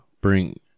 Bring